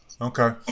Okay